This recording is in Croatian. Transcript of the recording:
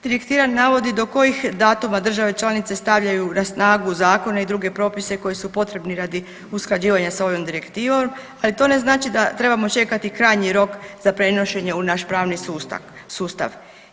Direktiva navodi do kojih datuma države članice stavljaju na snagu zakone i druge propise koji su potrebni radi usklađivanja sa ovom direktivom, ali to ne znači da trebamo čekati krajnji rok za prenošenje u naš pravni sustav.